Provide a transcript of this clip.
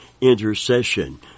intercession